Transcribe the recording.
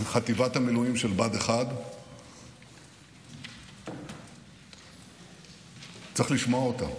חטיבת המילואים של בה"ד 1. צריך לשמוע אותם.